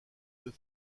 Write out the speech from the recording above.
deux